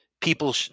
people